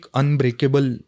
unbreakable